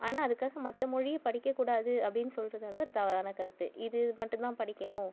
ஆனால் அதுக்காக மற்ற மொழியை படிக்கக்கூடாது அப்படின்னு சொல்கிறது வந்து ஒரு தவறான கருத்து இது மட்டுந்தான் படிக்கணும்